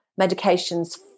medications